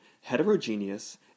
heterogeneous